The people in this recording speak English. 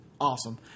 awesome